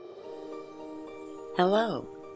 Hello